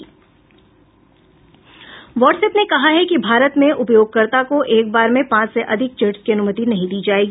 what's app ने कहा है कि भारत में उपयोगकर्ता को एक बार में पांच से अधिक चेट्स की अनुमति नहीं दी जायेगी